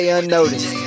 Unnoticed